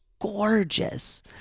gorgeous